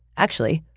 actually,